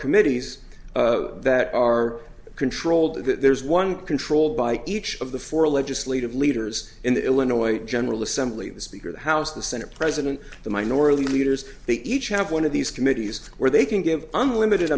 committees that are controlled there's one controlled by each of the four legislative leaders in the illinois general assembly the speaker the house the senate president the minority leaders they each have one of these committees where they can give unlimited